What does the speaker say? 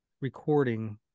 recording